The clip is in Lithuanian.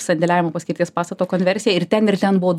sandėliavimo paskirties pastato konversija ir ten ir ten buvo